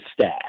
staff